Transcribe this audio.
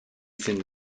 sind